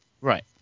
Right